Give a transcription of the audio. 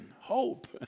hope